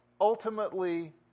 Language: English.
ultimately